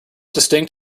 distinct